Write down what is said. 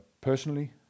personally